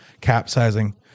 capsizing